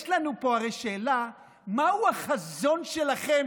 יש לנו פה הרי שאלה מהו החזון שלכם,